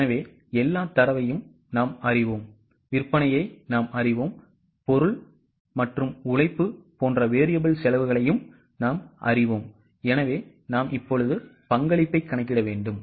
எனவே எல்லா தரவையும் நாம் அறிவோம் விற்பனையை நாம் அறிவோம் பொருள் மற்றும் உழைப்பு போன்ற variable செலவை நாம் அறிவோம் எனவே பங்களிப்பைக் கணக்கிடுங்கள்